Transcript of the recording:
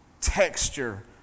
texture